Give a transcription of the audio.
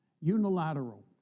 Unilateral